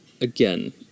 again